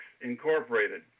Incorporated